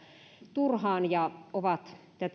turhaan ja